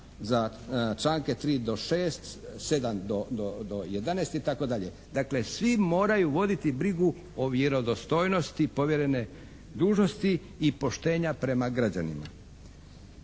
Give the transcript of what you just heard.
za članke 3. do 6., 7. do 11." itd. Dakle, svi moraju voditi brigu o vjerodostojnosti povjerene dužnosti i poštenja prema građanima.